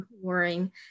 worrying